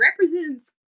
represents